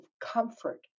comfort